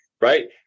Right